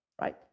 right